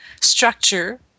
structure